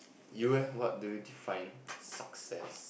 you eh what do you define success